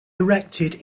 erected